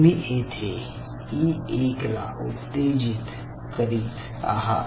तुम्ही येथे ई1 ला उत्तेजित करत आहात